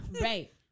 Right